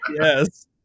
Yes